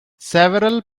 several